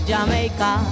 Jamaica